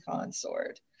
consort